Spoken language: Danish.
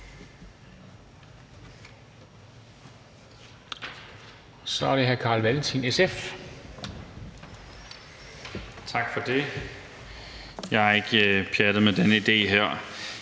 (Ordfører) Carl Valentin (SF): Tak for det. Jeg er ikke pjattet med den her